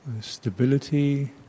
Stability